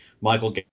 Michael